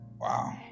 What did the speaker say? Wow